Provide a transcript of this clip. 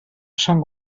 són